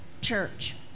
church